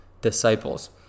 disciples